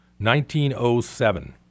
1907